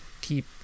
keep